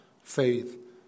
faith